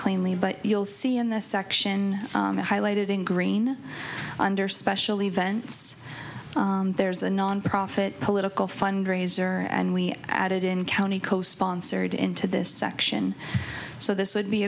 cleanly but you'll see in the section highlighted in green under special events there's a nonprofit political fundraiser and we added in county co sponsored into this section so this would be